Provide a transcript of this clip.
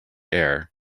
air